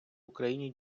україні